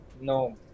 No